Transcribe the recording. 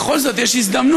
בכל זאת, יש הזדמנות.